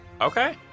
Okay